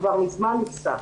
כבר מזמן נפסק,